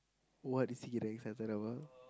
what is it that he's excited about